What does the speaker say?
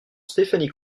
stéphanie